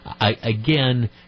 again